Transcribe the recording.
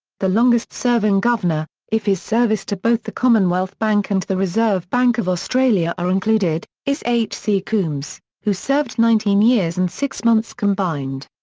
the longest-serving governor, if his service to both the commonwealth bank and the reserve bank of australia are included, is h c. coombs, who served nineteen years and six months combined.